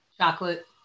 chocolate